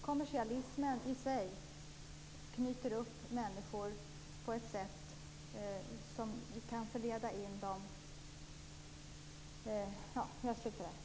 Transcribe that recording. Kommersialismen i sig knyter upp och förleder människor.